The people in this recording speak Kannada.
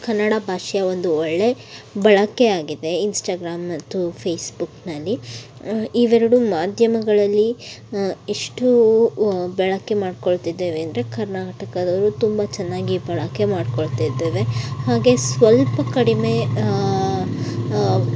ಕನ್ನಡ ಭಾಷೆಯ ಒಂದು ಒಳ್ಳೆಯ ಬಳಕೆ ಆಗಿದೆ ಇನ್ಸ್ಟಗ್ರಾಮ್ ಮತ್ತು ಫೇಸ್ಬುಕ್ನಲ್ಲಿ ಇವೆರಡು ಮಾಧ್ಯಮಗಳಲ್ಲಿ ಇಷ್ಟು ವ ಬಳಕೆ ಮಾಡಿಕೊಳ್ತಿದ್ದೇವೆ ಅಂದರೆ ಕರ್ನಾಟಕದವರು ತುಂಬ ಚೆನ್ನಾಗಿ ಬಳಕೆ ಮಾಡಿಕೊಳ್ತಿದ್ದೇವೆ ಹಾಗೇ ಸ್ವಲ್ಪ ಕಡಿಮೆ